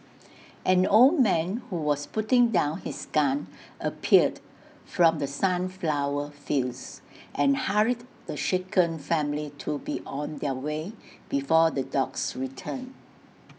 an old man who was putting down his gun appeared from the sunflower fields and hurried the shaken family to be on their way before the dogs return